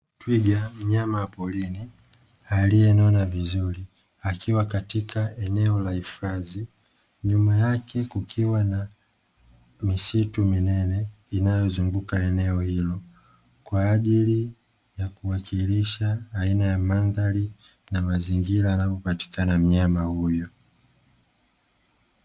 Twiga mnyama wa porini aliyenona vizuri akiwa katika eneo la hifadhi, nyuma yake kukiwa na misitu minene inayozunguka eneo hilo. Kwa ajili ya kuwakilisha aina ya mandhari na mazingira anapopatikana mnyama huyo.